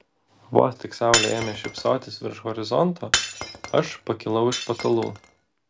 vos tik saulė ėmė šypsotis virš horizonto aš pakilau iš patalų